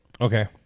Okay